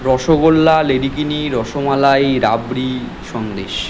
rasgulla ledikeni rasmalai rabri Sandesh